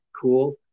cool